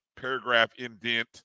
paragraph-indent